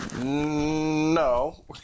No